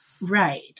Right